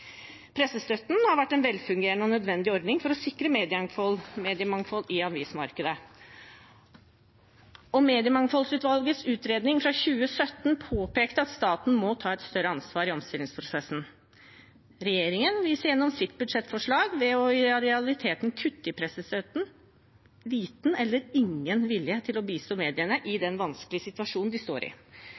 Pressestøtten har vært en velfungerende og nødvendig ordning for å sikre mediemangfold i avismarkedet, og mediemangfoldsutvalgets utredning fra 2017 påpekte at staten må ta et større ansvar i omstillingsprosessen. Regjeringen viser gjennom sitt budsjettforslag, ved i realiteten å kutte i pressestøtten, liten eller ingen vilje til å bistå mediene i den vanskelige situasjonen de står i.